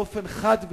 באופן חד וקיצוני,